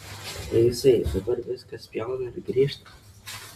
tai jisai dabar viską spjauna ir grįžta